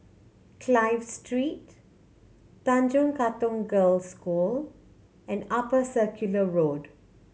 Clive Street Tanjong Katong Girls' School and Upper Circular Road